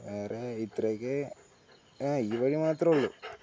വേറെ ഇത്രയൊക്കെയേ ഈ വഴി മാത്രമേ ഉള്ളൂ